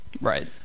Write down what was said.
right